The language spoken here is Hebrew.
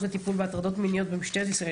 וטיפול בהטרדות מיניות במשטרת ישראל,